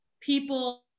people